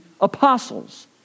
apostles